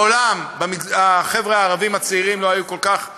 מעולם החבר'ה הערבים הצעירים לא היו כל כך מוכשרים,